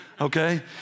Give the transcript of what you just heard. Okay